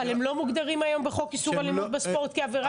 אבל הם לא מוגדרים היום בחוק איסור אלימות בספורט כעבירה פלילית?